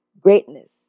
greatness